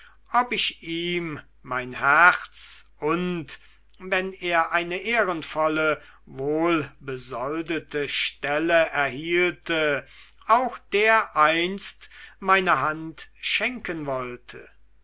ob ich ihm mein herz und wenn er eine ehrenvolle wohlbesoldete stelle erhielte auch dereinst meine hand schenken wollte